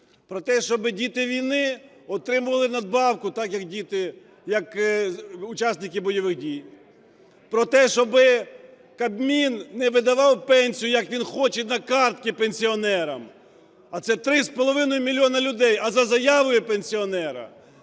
про те, щоби діти війни отримували надбавку так, як учасники бойових дій; про те, щоби Кабмін не видавав пенсію, як він хоче, на картки пенсіонерам, а це 3,5 мільйона людей, а за заявою пенсіонера,